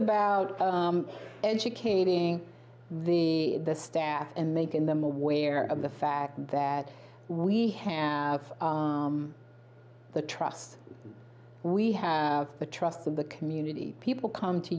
about educating the staff and making them aware of the fact that we have the trust we have the trust of the community people come to